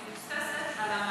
כי היא לא מבוססת על ההכנסות,